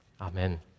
Amen